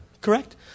correct